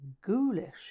ghoulish